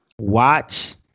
Watch